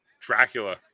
Dracula